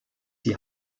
die